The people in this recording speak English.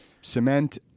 cement